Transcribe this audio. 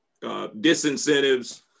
disincentives